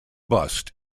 bust